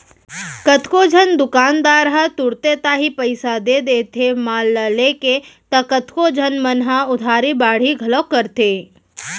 कतको झन दुकानदार ह तुरते ताही पइसा दे देथे माल ल लेके त कतको झन मन ह उधारी बाड़ही घलौ करथे